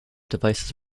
devices